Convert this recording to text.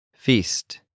Feast